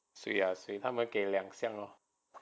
水啊水他们给两箱 lor